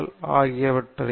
எனவே இது ஒரு ஓட்டம் வளைவு